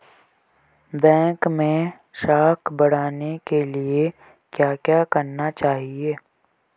Bank मैं साख बढ़ाने के लिए क्या क्या करना चाहिए?